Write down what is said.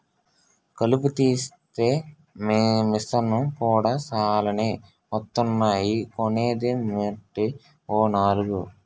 కలుపు తీసే మిసన్లు కూడా సాలానే వొత్తన్నాయ్ కొనేద్దామేటీ ఓ నాలుగు?